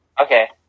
Okay